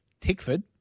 Tickford